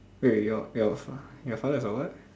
wait your your your father is a what